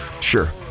Sure